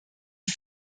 die